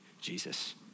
Jesus